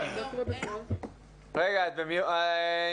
אוקיי.